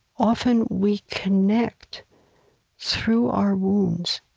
often we connect through our wounds,